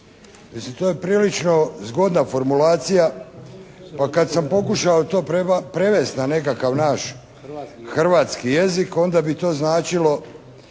to je prilično zgodna formulacija. Pa kad sam pokušao to prevesti na nekakav naš hrvatski jezik onda bi to značilo